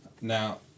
Now